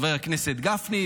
חבר הכנסת גפני,